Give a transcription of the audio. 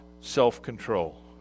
self-control